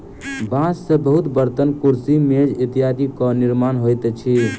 बांस से बहुत बर्तन, कुर्सी, मेज इत्यादिक निर्माण होइत अछि